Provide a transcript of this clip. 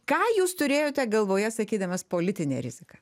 ką jūs turėjote galvoje sakydamas politinė rizika